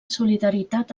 solidaritat